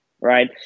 right